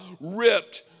ripped